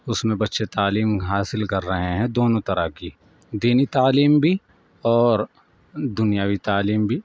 اس میں بچے تعلیم حاصل کر رہے ہیں دونوں طرح کی دینی تعلیم بھی اور دنیاوی تعلیم بھی